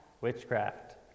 Witchcraft